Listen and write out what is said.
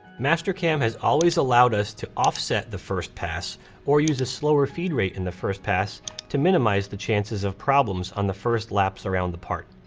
mastercam has always allowed us to offset the first pass or use a slower feed rate in the first pass to minimize the chances of problems on the first laps around the part.